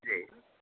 जी